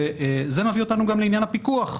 וזה מביא אותנו גם לעניין הפיקוח.